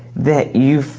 that you,